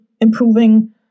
improving